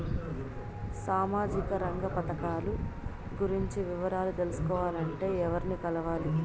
సామాజిక రంగ పథకాలు గురించి వివరాలు తెలుసుకోవాలంటే ఎవర్ని కలవాలి?